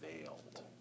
veiled